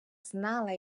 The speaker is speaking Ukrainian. знала